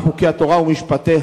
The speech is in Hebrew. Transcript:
על חוקי התורה ומשפטיה: